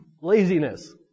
Laziness